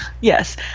Yes